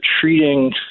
treating